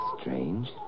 strange